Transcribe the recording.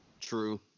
True